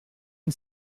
une